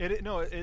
No